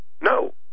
no